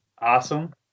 awesome